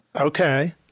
Okay